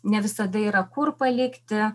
ne visada yra kur palikti